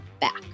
back